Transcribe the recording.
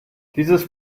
dieses